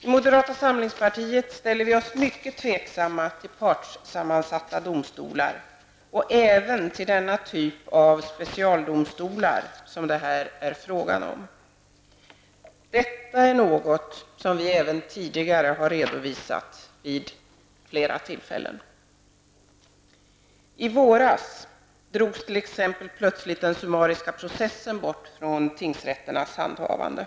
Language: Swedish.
I moderata samlingspartiet ställer vi oss mycket tveksamma till partssammansatta domstolar och även till den typ av specialdomstol, som det här är fråga om. Detta är något som vi även tidigare har redovisat vid många tillfällen. I våras drogs t.ex. plötsligt den summariska processen bort från tingsrätternas handhavande.